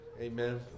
Amen